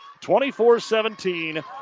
24-17